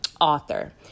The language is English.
author